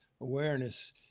awareness